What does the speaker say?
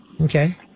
Okay